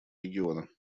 региона